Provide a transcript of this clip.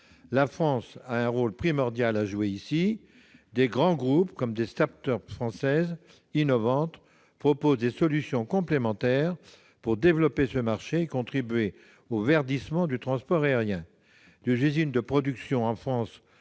La France a un rôle primordial à jouer dans ce domaine. De grands groupes, comme des start-up françaises innovantes, proposent des solutions complémentaires pour développer ce marché et contribuer au verdissement du transport aérien.